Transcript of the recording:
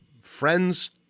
friends